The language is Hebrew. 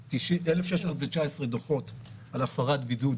1,619 דוחות על הפרת בידוד